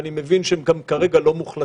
ואני גם מבין שהם כרגע לא מוחלטים,